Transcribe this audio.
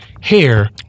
hair